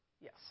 yes